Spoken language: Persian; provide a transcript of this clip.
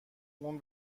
اون